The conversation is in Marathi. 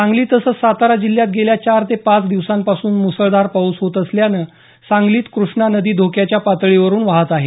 सांगली तसंच सातारा जिल्ह्यात गेल्या चार ते पाच दिवसापासून मुसळधार पाऊस होत असल्यानं सांगलीत कृष्णा नदी धोक्याच्या पातळीवरुन वाहत आहे